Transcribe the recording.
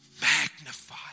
magnify